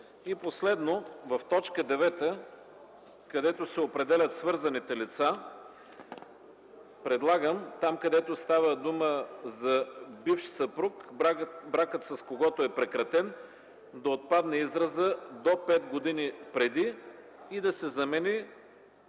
И последно, в т. 9, където се определят свързаните лица предлагам там, където става дума за бивш съпруг, бракът с когото е прекратен, да отпадне изразът „до пет години преди” и да се замени